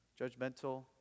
judgmental